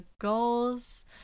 goals